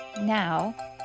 Now